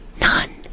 None